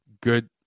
good